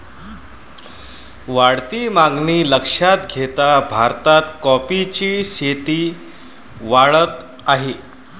वाढती मागणी लक्षात घेता भारतात कॉफीची शेती वाढत आहे